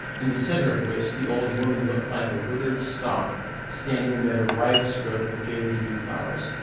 in the centre of which the old woman looked like a withered stalk standing amid a riotous growth of gaily-hued flowers.